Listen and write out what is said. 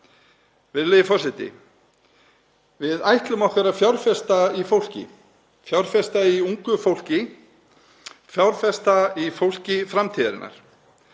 Virðulegi forseti. Við ætlum okkur að fjárfesta í fólki, fjárfesta í ungu fólki, fjárfesta í fólki framtíðarinnar,